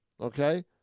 Okay